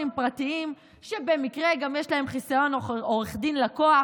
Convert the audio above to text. פרטיים שבמקרה גם יש להם חסיון עורך דין לקוח,